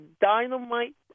dynamite